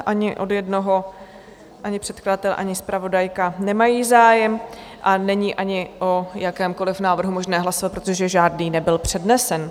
Ani od jednoho, ani předkladatel, ani zpravodajka nemají zájem a není ani o jakémkoliv návrhu možné hlasovat, protože žádný nebyl přednesen.